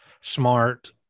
smart